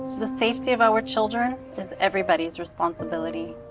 the safety of our children is everybody's responsibility.